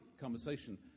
conversation